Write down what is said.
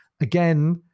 Again